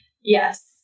Yes